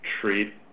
treat